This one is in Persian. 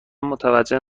متوجه